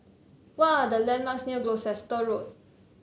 what are the landmarks near Gloucester Road